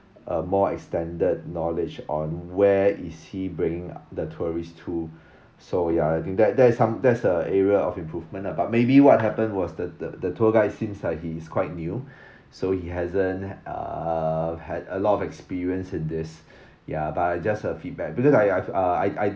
a more extended knowledge on where is he bringing the tourists to so ya I think that that is some that is the area of improvement lah but maybe what happened was the the tour guide seems like he is quite new so he hasn't uh had a lot of experience in this ya but I just uh feedback because I've uh I I